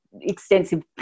extensive